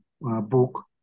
book